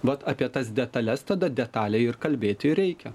vat apie tas detales tada detaliai ir kalbėti reikia